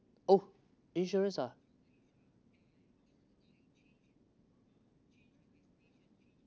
oh insurance ah